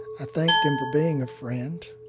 i thanked him for being a friend.